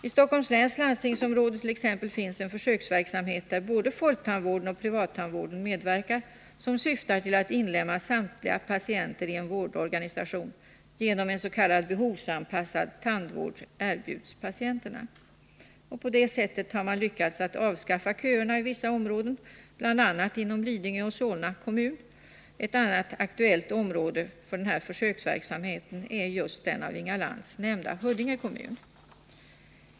I Stockholms läns landstingsområde t.ex. finns en försöksverksamhet, där både folktandvården och privattandvården medverkar, som syftar till att inlemma samtliga patienter i vårdorganisationen genom att en s.k. behovsanpassad tandvård erbjuds patienterna. På detta sätt har man lyckats avskaffa köerna i vissa områden, bl.a. inom Lidingö och Solna kommuner. Ett annat aktuellt område för denna försöksverksamhet är just den av Inga Lantz nämnda Huddinge kommun.